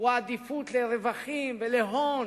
הוא עדיפות לרווחים ולהון.